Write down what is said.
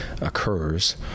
occurs